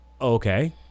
Okay